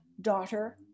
daughter